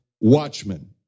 watchmen